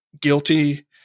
guilty